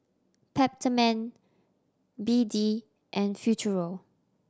Peptamen B D and Futuro